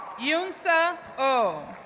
yoonsuh oh,